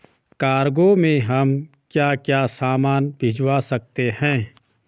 Cargo में हम क्या क्या सामान भिजवा सकते हैं?